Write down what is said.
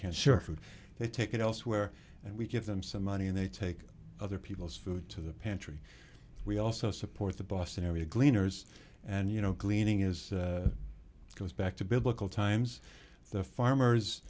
can't share food they take it elsewhere and we give them some money and they take other people's food to the pantry we also support the boston area gleaners and you know cleaning is goes back to biblical times the farmers